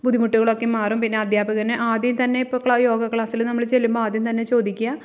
ബുദ്ധിമുട്ടുകളൊക്കെ മാറും പിന്നെ അദ്ധ്യാപകന് ആദ്യം തന്നെ ഇപ്പോൾ യോഗ ക്ലാസിൽ നമ്മൾ ചെല്ലുമ്പോൾ ആദ്യം തന്നെ ചോദിക്കുക